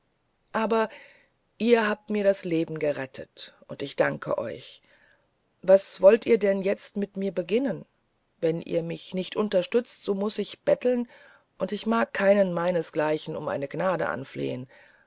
aber ihr habt mir das leben gerettet und ich danke euch was wollt ihr denn aber jetzt mit mir beginnen wenn ihr mich nicht unterstützet so muß ich betteln und ich mag keinen meinesgleichen um eine gnade anflehen